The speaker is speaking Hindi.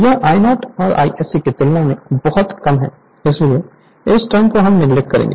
यह I0 ISC की तुलना में बहुत कम है इसीलिए इस इस टर्म को हम नेगलेक्ट करेंगे